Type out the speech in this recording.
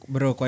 Bro